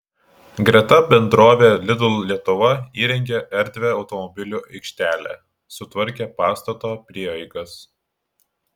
greta bendrovė lidl lietuva įrengė erdvią automobilių aikštelę sutvarkė pastato prieigas